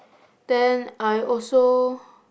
then I also